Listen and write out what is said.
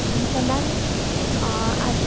हुन्छ म्याम